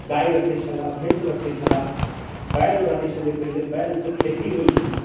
गाए रखैत छलाह भैँस रखैत छलाह बैल रहैत छलै पहिने बैलसँ खेती होइत छलै